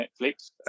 Netflix